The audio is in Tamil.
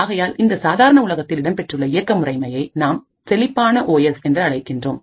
ஆகையால் இந்த சாதாரண உலகத்தில் இடம்பெற்றுள்ள இயக்க முறைமையை நாம் செழிப்பான ஓ எஸ் என்று அழைக்கின்றோம்